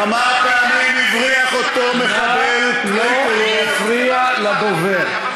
כמה פעמים הבריח אותו מחבל, נא לא להפריע לדובר.